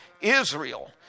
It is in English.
Israel